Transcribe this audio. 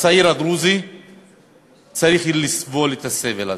הצעיר הדרוזי צריך לסבול את הסבל הזה?